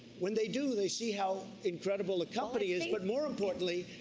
when they do, they see how incredible the company is. but more importantly,